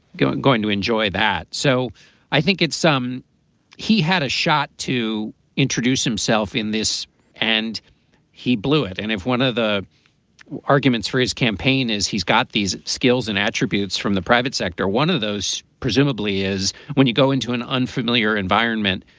go going to enjoy that. so i think it's some he had a shot to introduce himself in this and he blew it. and if one of the arguments for his campaign is he's got these skills and attributes from the private sector, one of those, presumably, is when you go into an unfamiliar environment,